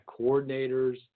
coordinators